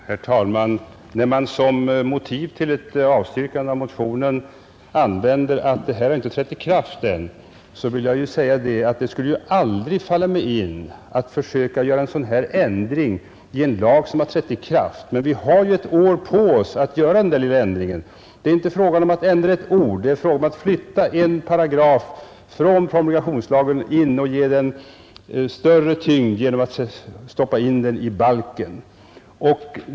Herr talman! När man som motiv för ett avstyrkande anför att lagen inte trätt i kraft än, vill jag säga att det aldrig skulle falla mig in att försöka göra en sådan här ändring i en lag som har trätt i kraft. Men vi har ju ett år på oss att göra denna lilla ändring. Det är inte fråga om att ändra ett enda ord. Det är fråga om att flytta en paragraf från promulgationslagen och ge den en större tyngd genom att föra in den i balken.